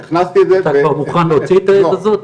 הכנסתי את זה ב --- אתה כבר מוכן להוציא את העז הזאת?